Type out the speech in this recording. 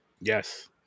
Yes